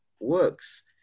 works